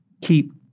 keep